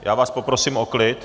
Já vás poprosím o klid!